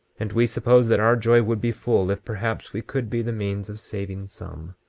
and we supposed that our joy would be full if perhaps we could be the means of saving some.